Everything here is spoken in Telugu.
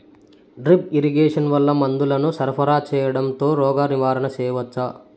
డ్రిప్ ఇరిగేషన్ వల్ల మందులను సరఫరా సేయడం తో రోగ నివారణ చేయవచ్చా?